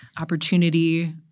opportunity